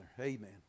Amen